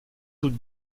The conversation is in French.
toute